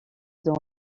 dans